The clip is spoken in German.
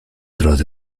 trat